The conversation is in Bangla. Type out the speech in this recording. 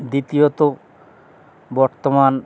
দ্বিতীয়ত বর্তমান